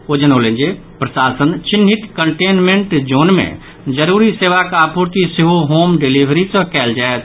ओ जनौलनि जे प्रशासन चिन्हित कन्टेनमेंट जोन मे जरूरी सेवाक आपूर्ति सेहो होम डीलिवरी सँ कयल जायत